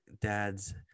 dads